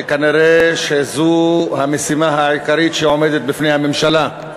וכנראה זו המשימה העיקרית שעומדת בפני הממשלה.